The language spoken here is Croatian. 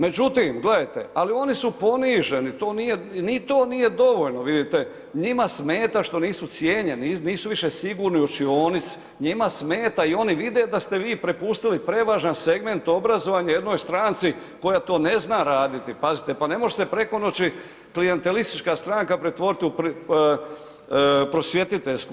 Međutim gledajte, ali oni su poniženi, to nije, ni to nije dovoljno, vidite njima smeta što nisu cijenjeni, nisu više sigurni u učionici, njima smeta i oni vide da ste vi prepustili prevažan segment obrazovanja jednoj stranci koja to ne zna raditi, pazite, pa ne može se preko noći klijantelistička stranka pretvoriti u prosvjetiteljsku.